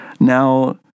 Now